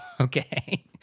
Okay